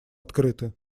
открыты